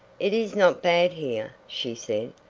it is not bad here, she said.